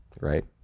right